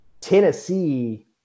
Tennessee